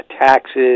taxes